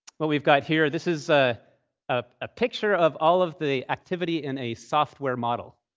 what we've got here, this is ah ah a picture of all of the activity in a software model.